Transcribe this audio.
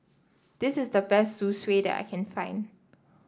this is the best Zosui that I can find